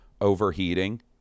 overheating